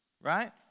Right